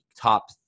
top